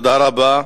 תודה רבה.